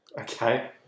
Okay